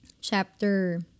chapter